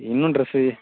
இன்னும் ட்ரெஸ்ஸு